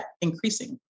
increasing